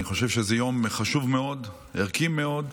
אני חושב שזה יום חשוב מאוד, ערכי מאוד,